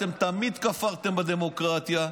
אתם תמיד כפרתם בדמוקרטיה.